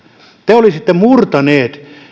te olisitte murtaneet